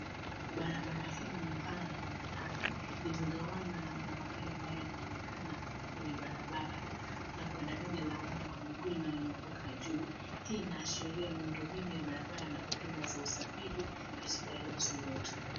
Barabara hili ni pana na ni la lami. Limegawanywa na kuna magari ambayo yanaonekana kwenye barabara, na kuna daraja la waenda kwa miguu linalovuka juu. Hii inaashiria miundombinu ya barabara na huduma za usafiri katika nchi yetu.